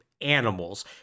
animals